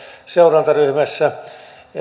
seurantaryhmässä